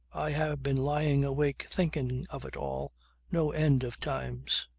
i have been lying awake thinking of it all no end of times.